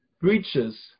breaches